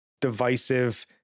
divisive